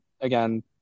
again